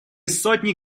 сотни